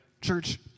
Church